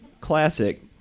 classic